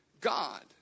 God